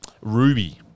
Ruby